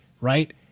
right